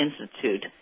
Institute